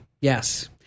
Yes